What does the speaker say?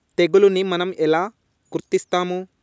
తెగులుని మనం ఎలా గుర్తిస్తాము?